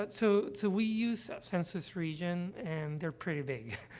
but so so we used a census region, and they're pretty big.